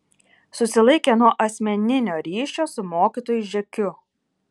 susilaikė nuo asmeninio ryšio su mokytoju žekiu